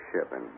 Shipping